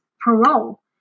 parole